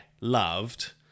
loved